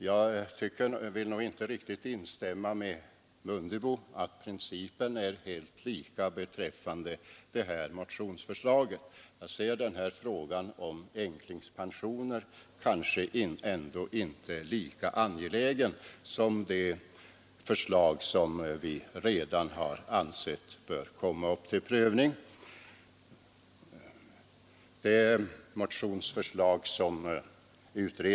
Jag vill nog inte riktigt instämma med herr Mundebo i att denna prioritering bör gälla även beträffande det här motionsförslaget. Jag ser den här frågan om änklingspensioner som kanske inte lika angelägen som de förslag vi redan har ansett böra komma till prövning.